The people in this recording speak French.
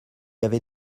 avait